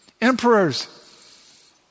emperors